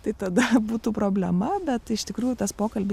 tai tada būtų problema bet iš tikrųjų tas pokalbis